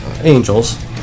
Angels